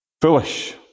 foolish